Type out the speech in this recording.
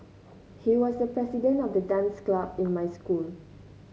he was the president of the dance club in my school